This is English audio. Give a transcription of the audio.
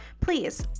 please